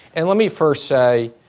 and let me first say,